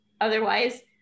otherwise